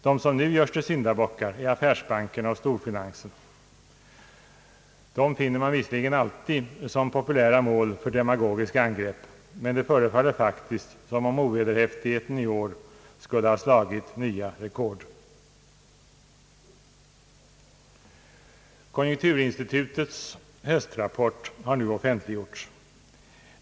De som nu görs till syndabockar är affärsbankerna och storfinansen. Dem finner man visserligen alltid som populära mål för demagogiska angrepp, men det förefaller faktiskt som om ovederhäftigheten i år skulle ha slagit nya rekord. Konjunkturinstitutets höstrapport har nu offentliggjorts.